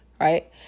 right